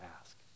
ask